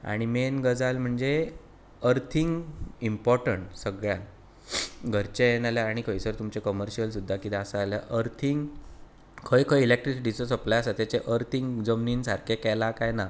आनी मेन गजाल म्हणजे अर्थींग इम्पॉर्टण्ट सगळ्यान घरचे नाल्यार आनी खंयसर तुमचे कमरशियल सुद्दां कितें आसा जाल्यार अर्थींग खंय खंय इलॅक्ट्रिसिटीचो सप्लाय आसा ताचें अर्थींग जमनीन सारकें केलां कांय ना